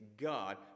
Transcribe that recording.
God